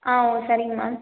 ஆ ஓ சரிங்க மேம்